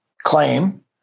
claim